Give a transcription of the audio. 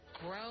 Grow